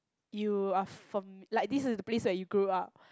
you are fam~ like this is the place where you grew up